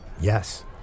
Yes